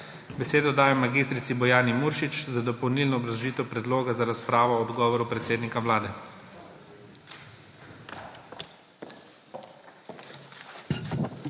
Besedo dajem mag. Bojani Muršič za dopolnilno obrazložitev predloga za razpravo o odgovoru predsednika Vlade.